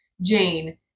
Jane